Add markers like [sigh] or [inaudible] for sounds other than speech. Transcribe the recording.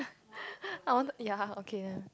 [laughs] I want ya okay then